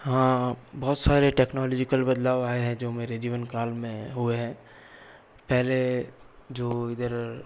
हाँ बहुत सारे टेक्नोलॉजिकल बदलाव आए हैं जो मेरे जीवन काल में हुए हैं पहले जो इधर